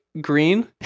green